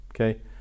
Okay